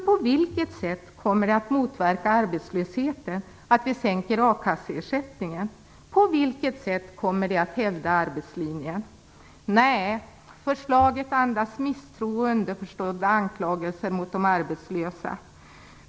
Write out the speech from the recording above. På vilket sätt kommer det att motverka arbetslösheten att vi sänker a-kasseersättningen? På vilket sätt kommer det att hävda arbetslinjen? Nej, förslaget andas misstroende och underförstådda anklagelser mot de arbetslösa.